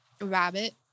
Rabbit